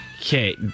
Okay